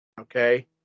Okay